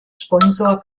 sponsor